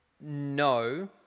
No